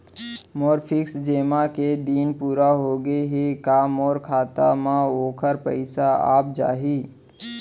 मोर fix जेमा के दिन पूरा होगे हे का मोर खाता म वोखर पइसा आप जाही?